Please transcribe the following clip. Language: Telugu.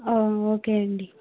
ఓకే అండి